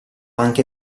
anche